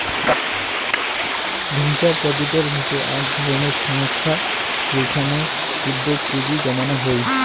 venture capital হসে আক ধরণের সংস্থা যেইখানে উদ্যোগে পুঁজি জমানো হই